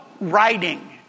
writing